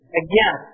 again